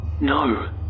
No